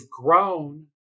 grown